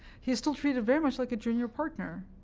he is still treated very much like a junior partner